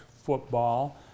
football